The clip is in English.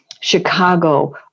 Chicago